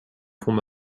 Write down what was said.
fonds